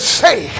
say